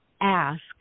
ask